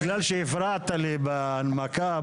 בגלל שהפרעת לי בהנמקה,